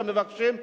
שמבקשים.